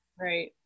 right